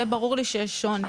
זה ברור לי שיש שוני,